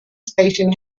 stationed